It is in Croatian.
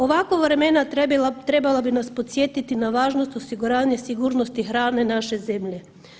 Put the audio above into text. Ovakva vremena trebala bi nas podsjetiti na važnost osiguranja sigurnosti hrane naše zemlje.